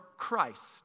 Christ